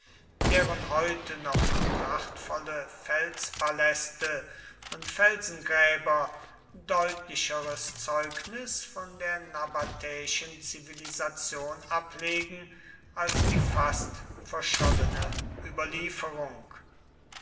deren heute noch prachtvolle felspaläste und felsengräber deutlicheres zeugnis von der nabatäischen zivilisation ablegen als die fast verschollene überlieferung